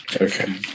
Okay